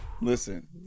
listen